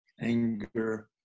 anger